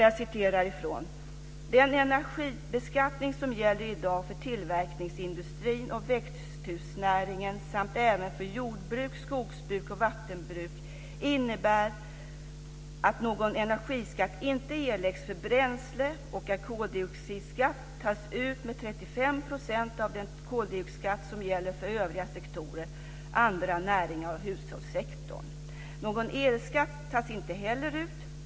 Jag citerar: "Den energibeskattning som gäller i dag för tillverkningsindustrin och växthusnäringen innebär att någon energiskatt inte erläggs för bränsle och att koldioxidskatt tas ut med 35 % av den koldioxidskatt som gäller för övriga sektorer . Någon elskatt tas heller inte ut.